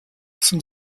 zum